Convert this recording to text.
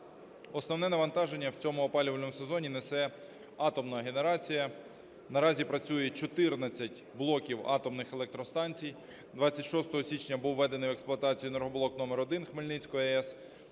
Основне навантаження в цьому опалювальному сезоні несе атомна генерація: наразі працює 14 блоків атомних електростанцій, 26 січня був введений в експлуатацію енергоблок номер 1 Хмельницької АЕС,